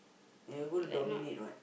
and you're gonna dominate what